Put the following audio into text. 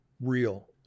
real